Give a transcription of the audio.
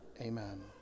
Amen